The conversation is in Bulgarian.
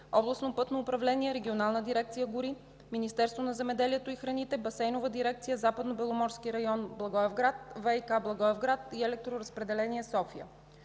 Областното пътно управление, Регионална дирекция „Гори”, Министерството на земеделието и храните, Басейнова дирекция „Западнобеломорски район” – Благоевград, ВиК – Благоевград, и „Електроразпределение – София”.